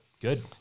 Good